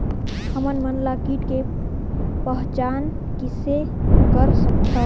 हमन मन कीट के पहचान किसे कर सकथन?